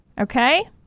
Okay